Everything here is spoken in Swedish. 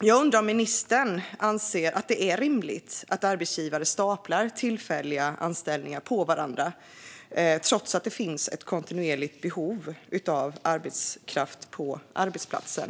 Jag undrar om ministern anser att det är rimligt att arbetsgivare staplar tillfälliga anställningar på varandra trots att det finns ett kontinuerligt behov av arbetskraft på arbetsplatsen.